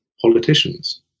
politicians